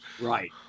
Right